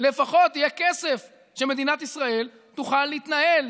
יהיה כסף כדי שמדינת ישראל תוכל להתנהל,